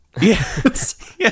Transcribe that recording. Yes